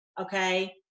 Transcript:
okay